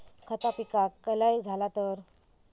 खता पिकाक लय झाला तर?